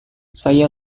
saya